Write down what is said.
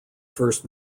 first